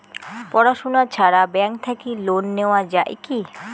পড়াশুনা ছাড়া ব্যাংক থাকি লোন নেওয়া যায় কি?